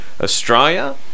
Australia